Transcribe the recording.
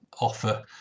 offer